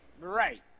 Right